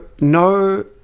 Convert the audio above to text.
no